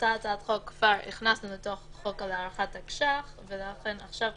אותה הצעת חוק הכנסנו לתוך חוק להארכת תקש"ח ולכן עכשיו,